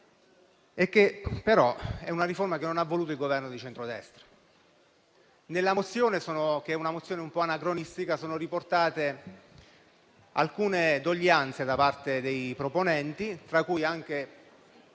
che però non ha voluto il Governo di centrodestra. Nella mozione, che è un po' anacronistica, sono riportate alcune doglianze da parte dei proponenti, tra cui anche